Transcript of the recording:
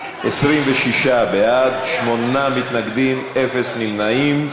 26 בעד, שמונה מתנגדים, אין נמנעים.